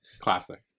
Classic